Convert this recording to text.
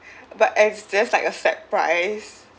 but as just like a set price